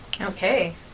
Okay